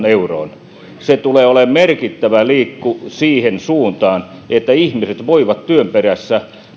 euroon se tulee olemaan merkittävä liikku siihen suuntaan että ihmiset voivat työn perässä